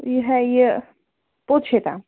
یِہَے یہِ پوٚتشےَ تام